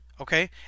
okay